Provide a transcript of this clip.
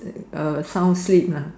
uh sound sleep lah